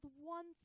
one